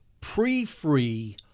pre-free